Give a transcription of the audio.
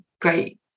great